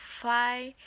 five